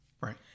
Right